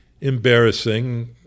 embarrassing